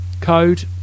code